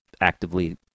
actively